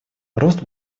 рост